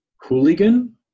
hooligan